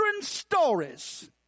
stories